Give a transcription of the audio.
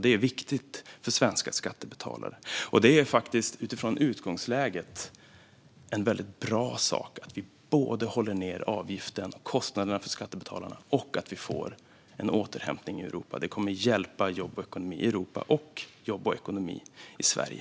Det är viktigt för svenska skattebetalare. Utifrån utgångsläget är det faktiskt en väldigt bra sak att vi håller ned både avgiften och kostnaderna för skattebetalarna och att vi får en återhämtning i Europa. Det kommer att hjälpa jobb och ekonomi i Europa och jobb och ekonomi i Sverige.